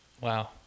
Wow